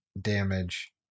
damage